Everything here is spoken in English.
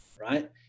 right